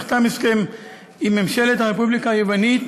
נחתם הסכם עם ממשלת הרפובליקה היוונית